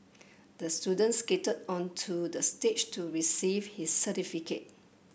the student skated onto the stage to receive his certificate